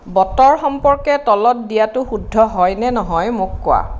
বতৰ সম্পৰ্কে তলত দিয়াটো শুদ্ধ হয়নে নহয় মোক কোৱা